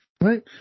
Right